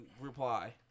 reply